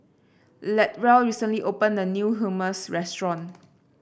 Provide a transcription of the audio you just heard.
Latrell recently opened a new Hummus restaurant